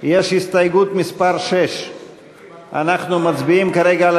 יש הסתייגות מס' 6. אנחנו מצביעים כרגע על